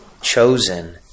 chosen